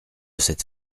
cette